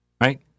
right